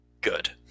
good